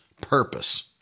purpose